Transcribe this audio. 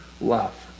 love